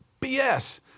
BS